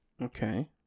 Okay